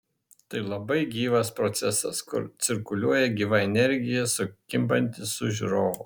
tai labai gyvas procesas kur cirkuliuoja gyva energija sukimbanti su žiūrovu